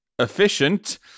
efficient